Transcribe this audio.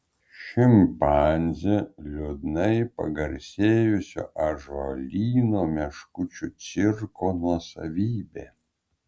šimpanzė liūdnai pagarsėjusio ąžuolyno meškučių cirko nuosavybė